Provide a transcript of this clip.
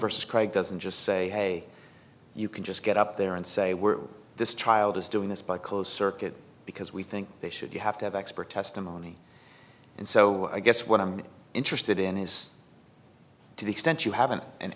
craig doesn't just say hey you can just get up there and say we're this child is doing this by closed circuit because we think they should you have to have expert testimony and so i guess what i'm interested in is to the extent you have an